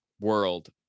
world